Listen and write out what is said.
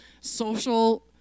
social